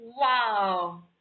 wow